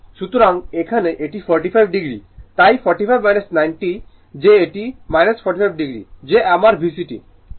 সুতরাং এখানে এটি 45 o তাই 45 90 যে এটি 45 o যে আমার VC t